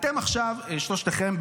עכשיו אתם שלושתכם,